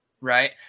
right